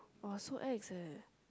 !wah! so ex leh